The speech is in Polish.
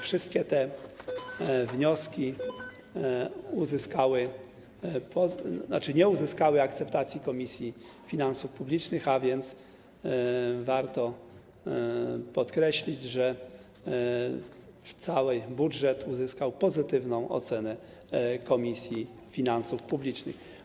Wszystkie te wnioski nie uzyskały akceptacji Komisji Finansów Publicznych, a więc warto podkreślić, że cały budżet uzyskał pozytywną ocenę Komisji Finansów Publicznych.